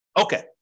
Okay